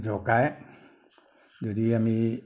জকাই যদি আমি